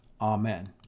Amen